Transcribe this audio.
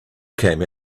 came